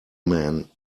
man